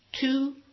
two